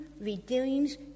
redeems